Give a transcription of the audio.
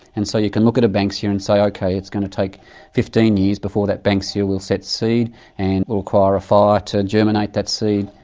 and so you can look at a banksia and say, okay, it's going to take fifteen years before that banksia will set seed and will require a fire to germinate that seed,